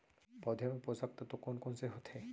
पौधे मा पोसक तत्व कोन कोन से होथे?